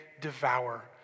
devour